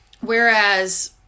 Whereas